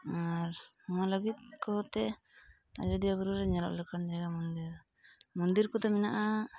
ᱟᱨ ᱱᱚᱣᱟ ᱞᱟ ᱜᱤᱫ ᱠᱚᱛᱮ ᱟᱡᱳᱫᱤᱭᱟᱹ ᱵᱩᱨᱩᱨᱮ ᱧᱮᱞᱚᱜ ᱞᱮᱠᱟᱱ ᱡᱟᱭᱜᱟ ᱢᱚᱱᱫᱤᱨ ᱢᱚᱱᱫᱤᱨ ᱠᱚᱫᱚ ᱢᱮᱱᱟᱜᱼᱟ